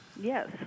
yes